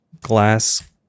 glass